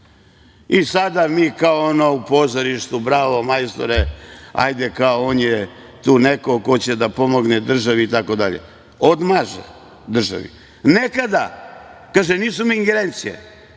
I sada mi kao ono u pozorištu, bravo majstore, ajde kao on je tu neko ko će da pomogne državi itd. Odmaže državi. Nekada, kaže - nisu mi ingerencije,